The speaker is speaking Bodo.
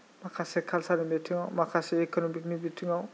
माखासे कालचारनि बिथिङाव माखासे इक'नमिकनि बिथिङाव